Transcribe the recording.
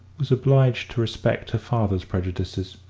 was obliged to respect her father's prejudices.